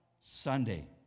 Sunday